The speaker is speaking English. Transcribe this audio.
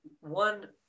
one